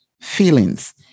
feelings